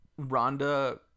Rhonda